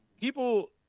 people